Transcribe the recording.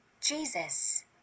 Jesus